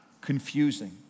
confusing